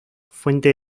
fuente